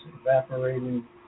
evaporating